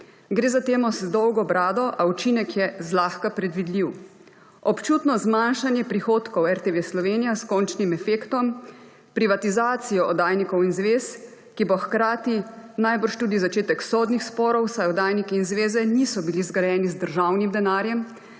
Gre za temo z dolgo brado, a učinek je zlahka predvidljiv. Občutno zmanjšanje prihodkov RTV Slovenija s končnim efektom privatizacijo oddajnikov in zvez, ki bo hkrati najbrž tudi začetek sodnih sporov, saj oddajniki in zveze niso bili zgrajeni z državnim denarjem,